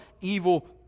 evil